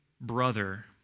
brother